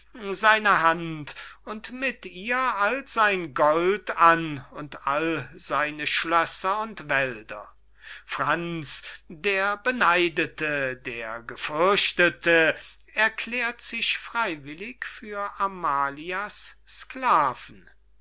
seine hand und mit ihr all sein gold an und all seine schlösser und wälder franz der beneidete der gefürchtete erklärt sich freywillig für amalia's sklaven